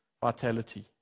vitality